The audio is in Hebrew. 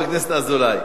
אזולאי.